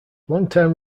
longtime